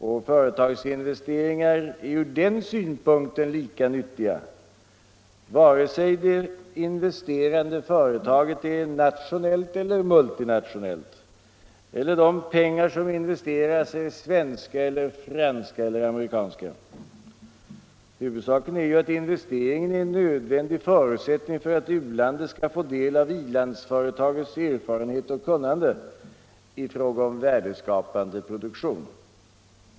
Och företagsinvesteringar är ur den synpunkten lika nyttiga, vare sig det investerande företaget är nationellt eller multinationellt, eller de pengar som investeras är svenska eller franska eller amerikanska. Huvudsaken är ju att investeringen är en nödvändig förutsättning för att u-landet skall få del av i-landsföretagets erfarenhet och kunnande i fråga om värdeskapande produktion.